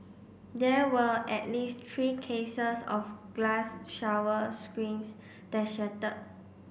there were at least three cases of glass shower screens that shattered